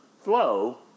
flow